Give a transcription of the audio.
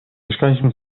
mieszkaliśmy